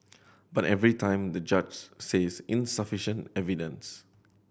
but every time the judge says insufficient evidence